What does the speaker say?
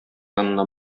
янына